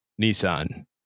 Nissan